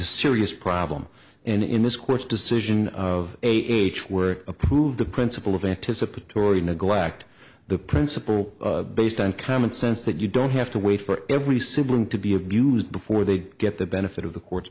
a serious problem and in this court's decision of age were approved the principle of anticipatory neglect the principle based on common sense that you don't have to wait for every sibling to be abused before they get the benefit of the court